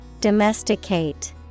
Domesticate